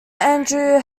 andrew